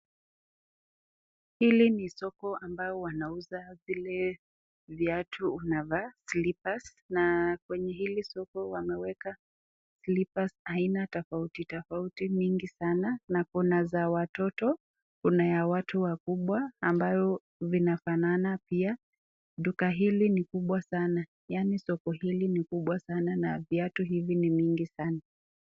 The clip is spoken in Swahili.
Hili ni soko ambao wanauza vile viatu unavaa, slippers , na kwenye hili soko wameweka slippers aina tofauti tofauti mingi sana, na kuna za watoto kuna ya watu wakubwa, ambayo zinafanana pia, duka hili ni kubwa sana, yani soko hili ni kubwa sana na viatu hivi ni vingi sana.